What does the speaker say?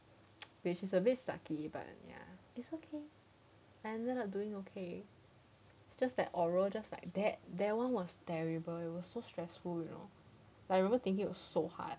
which is very sucky but ya it's okay I ended up doing okay it's just that oral just like that one was terrible it were so stressful you know like remember thinking you so hard